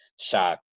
shock